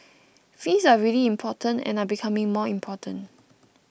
fees are really important and are becoming more important